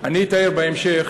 אני אתאר בהמשך